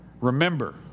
Remember